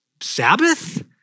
Sabbath